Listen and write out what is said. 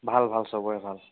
ভাল ভাল সবৰে ভাল